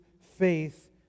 faith